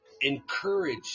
encourage